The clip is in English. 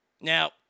Now